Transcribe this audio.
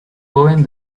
joven